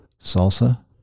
salsa